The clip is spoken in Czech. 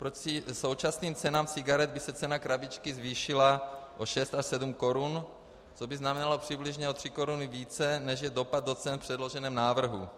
Proti současným cenám cigaret by se cena krabičky zvýšila o 6 až 7 korun, což by znamenalo přibližně o 3 koruny více, než je dopad do cen v předloženém návrhu.